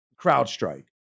CrowdStrike